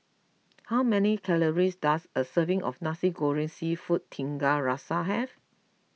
how many calories does a serving of Nasi Goreng Seafood Tiga Rasa have